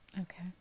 Okay